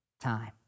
time